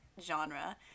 genre